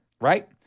right